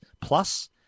plus